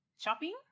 shopping